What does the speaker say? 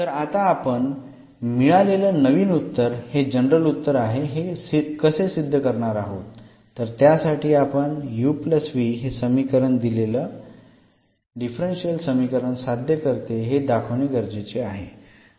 तर आता आपण मिळालेलं नवीन उत्तर हे जनरल उत्तर आहे हे कसे सिद्ध करणार आहोत तर त्यासाठी आपण uv हे समीकरण दिलेलं डिफरन्शियल समीकरण साध्य करते हे दाखवणे गरजेचे आहे